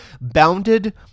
bounded